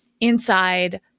inside